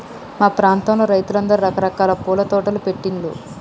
మా ప్రాంతంలో రైతులందరూ రకరకాల పూల తోటలు పెట్టిన్లు